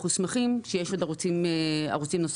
אנחנו שמחים שיש עוד ערוצים נוספים,